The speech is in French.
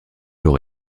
leur